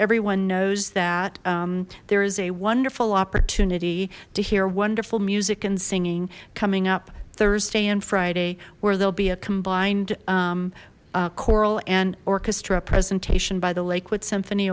everyone knows that there is a wonderful opportunity to hear wonderful music and singing coming up thursday and friday where there'll be a combined choral and orchestra presentation by the lakewood symphony